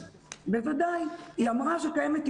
היא אמרה שקיימת,